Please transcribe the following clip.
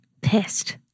Pissed